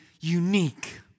unique